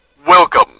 Welcome